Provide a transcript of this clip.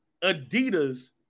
Adidas